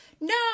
no